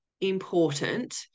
important